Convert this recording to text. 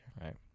right